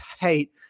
hate